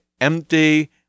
empty